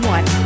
One